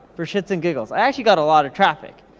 for shits and giggles. i actually got a lot of traffic.